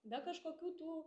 be kažkokių tų